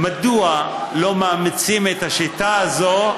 מדוע לא מאמצים את השיטה הזאת